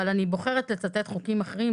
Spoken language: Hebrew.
אבל אני בוחרת לצטט חוקים אחרים,